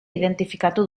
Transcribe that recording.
identifikatu